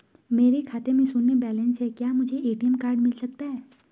मेरे खाते में शून्य बैलेंस है क्या मुझे ए.टी.एम कार्ड मिल सकता है?